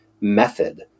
method